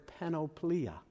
panoplia